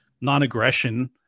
non-aggression